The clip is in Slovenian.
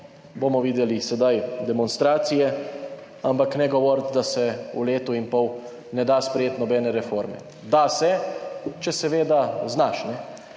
Bomo videli sedaj demonstracije, ampak ne govoriti, da se v letu in pol ne da sprejeti nobene reforme. Da se, če seveda znaš.